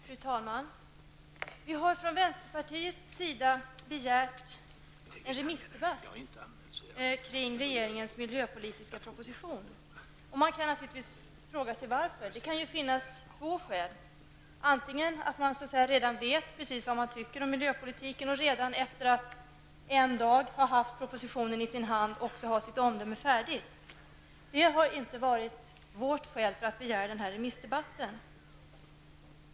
Fru talman! Vi har från vänsterpartiet begärt en remissdebatt angående regeringens miljöpolitiska proposition, och man kan naturligtvis fråga sig varför. Det kan finnas två skäl till en sådan begäran. Ett skäl kan vara att man redan vet precis vad man anser om den föreslagna miljöpolitiken efter att ha haft propositionen i sin hand under en dag och också har sitt omdöme färdigt. Det är inte skälet till att vi begärt denna remissdebatt.